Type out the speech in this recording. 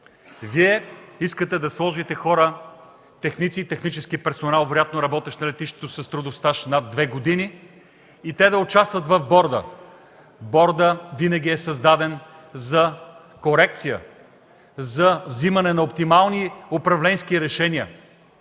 искате да сложите хора – техници и технически персонал, вероятно работещи на летището, с трудов стаж над две години и те да участват в борда? Бордът винаги е създаван за корекция, за вземане на оптимални управленски решения,